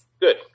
Good